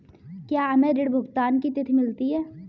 क्या हमें ऋण भुगतान की तिथि मिलती है?